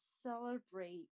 celebrate